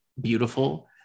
beautiful